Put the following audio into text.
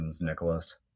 nicholas